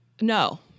No